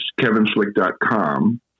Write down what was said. kevinslick.com